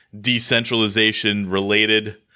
decentralization-related